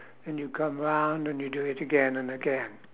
and you come around and you do it again and again